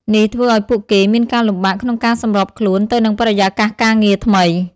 នេះធ្វើឱ្យពួកគេមានការលំបាកក្នុងការសម្របខ្លួនទៅនឹងបរិយាកាសការងារថ្មី។